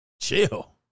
Chill